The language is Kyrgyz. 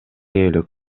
ээлик